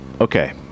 Okay